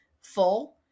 full